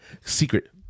Secret